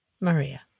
Maria